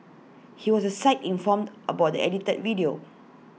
he was the site informed about the edited video